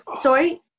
sorry